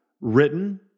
written